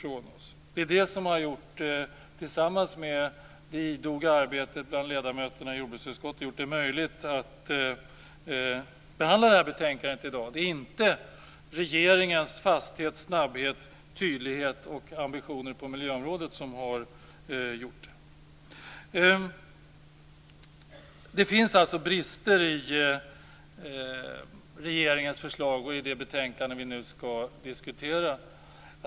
Det är detta som tillsammans med ett idogt arbete bland ledamöterna i jordbruksutskottet har gjort det möjligt att i dag behandla det här betänkandet. Det är alltså inte regeringens fasthet, snabbhet, tydlighet och ambitioner på miljöområdet som har gjort detta möjligt. Det finns således brister i regeringens förslag och i det betänkande som vi nu skall diskutera.